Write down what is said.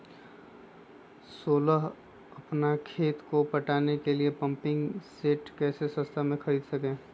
सोलह अपना खेत को पटाने के लिए पम्पिंग सेट कैसे सस्ता मे खरीद सके?